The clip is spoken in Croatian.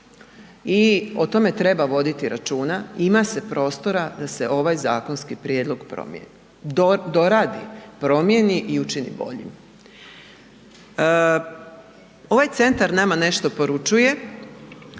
i o tome treba voditi računa, ima se prostora da se ovaj zakonski prijedlog promijeni, doradi, promijeni i učini boljim. Ovaj centar nama nešto poručuje,